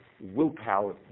willpower